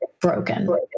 broken